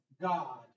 God